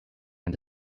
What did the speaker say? and